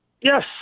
Yes